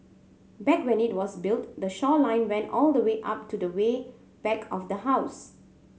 back when it was built the shoreline went all the way up to the way back of the house